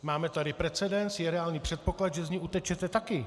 Máme tady precedens, je reálný předpoklad, že z ní utečete taky.